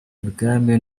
ibwami